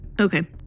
Okay